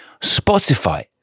Spotify